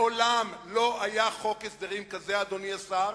מעולם לא היה חוק הסדרים כזה, אדוני השר,